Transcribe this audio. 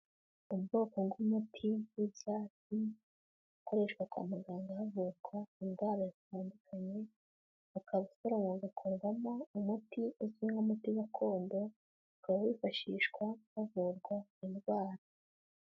Ubwoko bw'umuti w'ibyatsi ukoreshwa kwa muganga havurwa indwara zitandukanye, ukaba usoromwa ugakorwamo umuti uzwi nk'umuti gakondo, ukaba wifashishwa havurwa indwara.